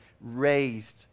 raised